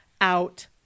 out